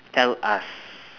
tell us